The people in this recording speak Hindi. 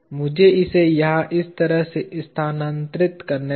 मुझे इसे यहां इस तरह से स्थानांतरित करने दें